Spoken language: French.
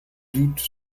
doutes